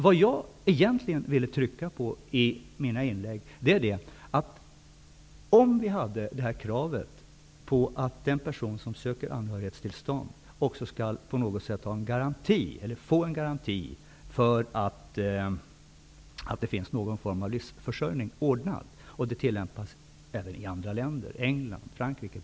Vad jag egentligen vill betona är att man borde införa kravet på att den person som söker uppehållstillstånd som anhörig också skall ha garanti för en ordnad livsförsörjning, en regel som tillämpas i andra länder såsom